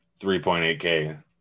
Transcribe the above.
3.8K